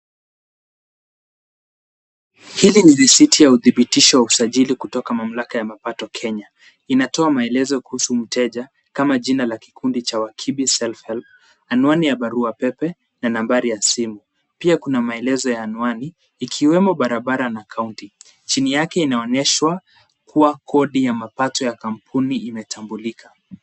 Hili ni risiti ya udhibitisho wa usajili kutoka mamlaka ya mapato Kenya. Inatoa maelezo kuhusu mteja kama jina la kikundi cha Wakibi Self Help Group, anwani ya barua pepe na nambari ya simu. Pia kuna maelezo ya anwani, ikiwemo barabara na kaunti. Chini yake inaoneshwa kuwa kodi ya mapato ya kampuni imetambulika.